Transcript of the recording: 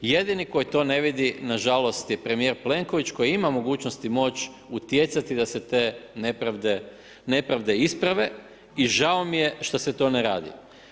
Jedini koji to ne vidi, nažalost je premjer Plenković, koji ima mogućnosti i moć utjecati da se te nepravde isprave i žao mi j e što se to ne radi.